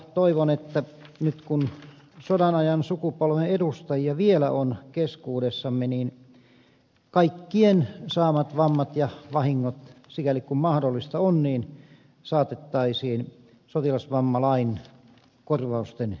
toivon että nyt kun sodan ajan sukupolven edustajia vielä on keskuudessamme kaikkien saamat vammat ja vahingot sikäli kuin mahdollista on saatettaisiin sotilasvammalain korvausten piiriin